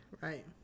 Right